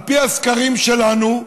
על פי הסקרים שלנו,